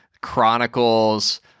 Chronicles